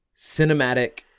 cinematic